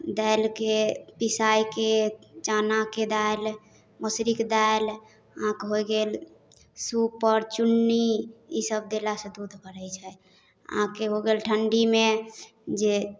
दालिके पिसाइके चनाके दालि मौसरीके दालि अहाँके होइ गेल सुपर चुन्नी ईसब देलासँ दूध बढ़ै छै अहाँके हो गेल ठण्डीमे जे